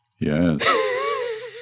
Yes